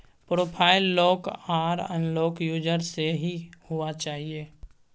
profile lock आर unlock user से ही हुआ चाहिए